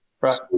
Right